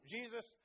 Jesus